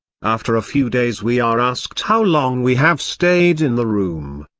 after a few days we are asked how long we have stayed in the room.